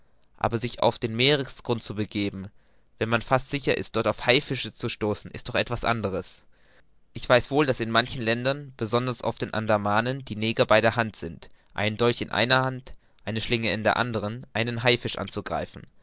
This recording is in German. aber sich auf den meeresgrund zu begeben wenn man fast sicher ist dort auf haifische zu stoßen ist doch etwas anderes ich weiß wohl daß in manchen ländern besonders auf den andamanen die neger bei der hand sind einen dolch in einer hand eine schlinge in der anderen einen haifisch anzugreifen